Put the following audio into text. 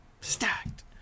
stacked